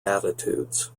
attitudes